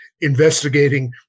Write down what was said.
investigating